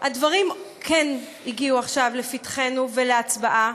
הדברים כן הגיעו עכשיו לפתחנו ולהצבעה.